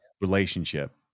relationship